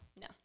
No